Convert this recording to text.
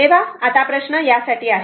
तर आता प्रश्न त्या साठी आहे